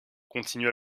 continua